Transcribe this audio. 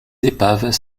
épaves